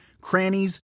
crannies